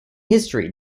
history